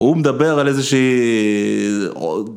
הוא מדבר על איזה שהיא...